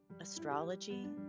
astrology